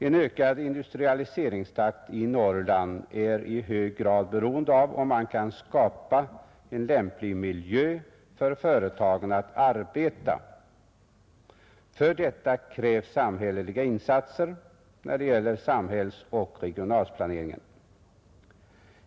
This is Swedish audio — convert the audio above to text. En ökad industrialiseringstakt i Norrland är i hög grad beroende av om man kan skapa en lämplig miljö åt företagen att arbeta i. För detta krävs samhälleliga insatser när det gäller samhällsoch regionplaneringen.